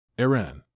Iran